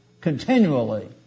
continually